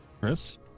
Chris